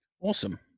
Awesome